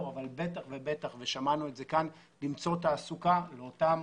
אבל בטח ובטח ושמענו את זה כאן למצוא תעסוקה לאותם